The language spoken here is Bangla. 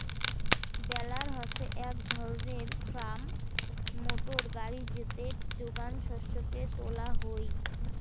বেলার হসে এক ধরণের ফার্ম মোটর গাড়ি যেতে যোগান শস্যকে তোলা হই